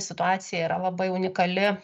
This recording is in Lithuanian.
situacija yra labai unikali